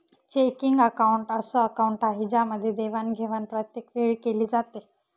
checking account अस account आहे ज्यामध्ये देवाणघेवाण प्रत्येक वेळी केली जाते